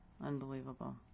unbelievable